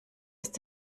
ist